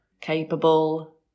capable